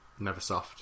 Neversoft